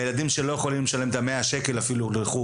לילדים שלא יכולים לשלם את ה-100 שקלים לחוג.